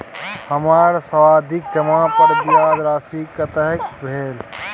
हमर सावधि जमा पर ब्याज राशि कतेक भेल?